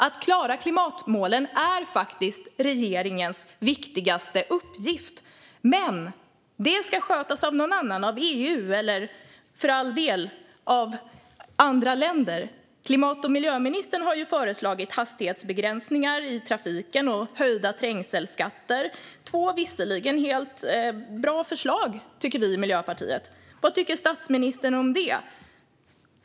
Att klara klimatmålen är faktiskt regeringens viktigaste uppgift, men det ska skötas av någon annan - av EU eller av andra länder. Klimat och miljöministern har föreslagit hastighetsbegränsningar i trafiken och höjda trängselskatter. Detta är två bra förslag, tycker Miljöpartiet. Vad tycker statsministern om det?